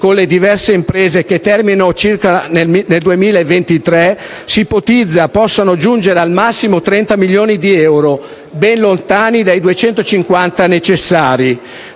con le diverse imprese, che terminano circa nel 2023, si ipotizza possano giungere al massimo 30 milioni di euro, ben lontani dai 250 necessari.